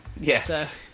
Yes